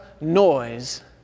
noise